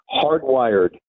hardwired